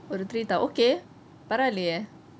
ஒரு:oru three thou~ okay பரவாயிலேயே:paravaaileyei